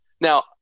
Now